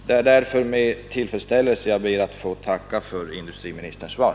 Det är därför med tillfredsställelse jag ber att få tacka för industriministerns svar,